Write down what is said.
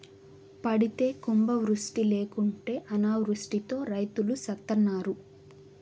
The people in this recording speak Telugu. పడితే కుంభవృష్టి లేకుంటే అనావృష్టితో రైతులు సత్తన్నారు